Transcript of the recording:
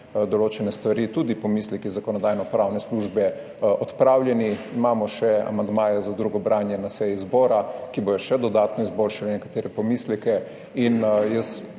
določene stvari, tudi pomisleki Zakonodajno-pravne službe, odpravljene. Imamo amandmaje za drugo branje na seji zbora, ki bodo še dodatno izboljšali nekatere pomisleke.